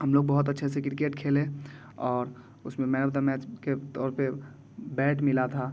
हम लोग बहुत अच्छे से क्रिकेट खेले और उसमें मैन ऑफ़ द मैच के तौर पर बैट मिला था